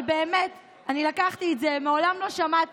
אבל באמת, אני לקחתי את זה, השר,